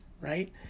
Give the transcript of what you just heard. right